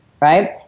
Right